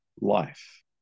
life